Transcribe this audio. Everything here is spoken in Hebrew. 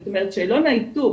זאת אומרת שאלון האיתור